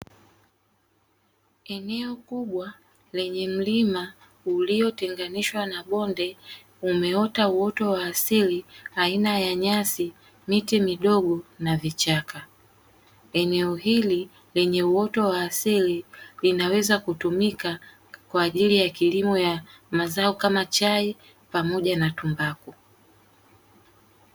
Eneo kubwa lenye mlima uliotenganishwa na bonde, umeota uoto wa asili aina ya nyasi, miti midogo na vichaka. Eneo hili lenye uoto wa asili linaweza kutumika kwa ajili ya kilimo ya mazao kama chai pamoja na tumbaku.